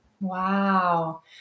Wow